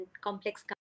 complex